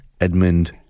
Edmund